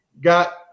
got